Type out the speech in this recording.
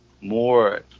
more